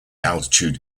altitude